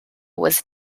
was